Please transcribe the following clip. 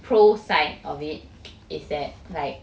pro side of it is that like